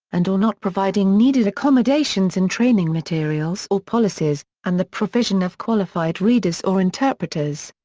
and or not providing needed accommodations in training materials or policies, and the provision of qualified readers or interpreters.